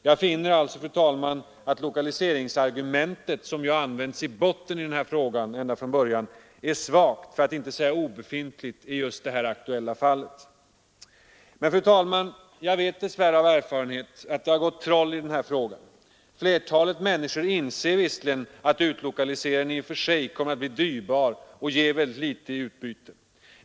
Jag finner alltså, fru talman, att lokaliseringsargumentet, som använts i botten i denna fråga ända från början, är svagt, för att inte säga obefintligt i just det här aktuella fallet. Men, fru talman, jag vet dess värre av erfarenhet, att det har gått troll i denna fråga. Flertalet människor inser att utlokaliseringen i och för sig kommer att bli dyrbar och ge mycket litet i utbyte.